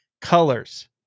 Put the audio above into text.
colors